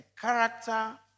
character